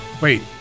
Wait